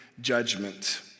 judgment